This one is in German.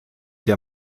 der